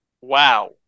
Wow